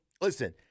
listen